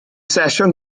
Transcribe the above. sesiwn